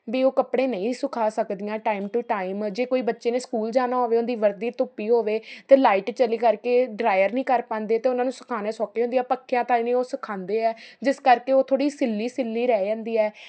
ਵੀ ਉਹ ਕੱਪੜੇ ਨਹੀਂ ਸੁਕਾ ਸਕਦੀਆਂ ਟਾਈਮ ਟੂ ਟਾਈਮ ਜੇ ਕੋਈ ਬੱਚੇ ਨੇ ਸਕੂਲ ਜਾਣਾ ਹੋਵੇ ਉਹਦੀ ਵਰਦੀ ਧੁੱਪੀ ਹੋਵੇ ਅਤੇ ਲਾਈਟ ਚਲੀ ਕਰਕੇ ਡਰਾਈਰ ਨਹੀਂ ਕਰ ਪਾਉਂਦੇ ਅਤੇ ਉਹਨਾਂ ਨੂੰ ਸੁਕਾਉਣੇ ਸੌਖੇ ਹੁੰਦੇ ਆ ਪੱਖਿਆਂ ਤਾਂ ਨਹੀਂ ਉਹ ਸੁਕਾਉਂਦੇ ਆ ਜਿਸ ਕਰਕੇ ਉਹ ਥੋੜ੍ਹੀ ਸਿੱਲ੍ਹੀ ਸਿੱਲ੍ਹੀ ਰਹਿ ਜਾਂਦੀ ਹੈ